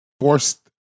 forced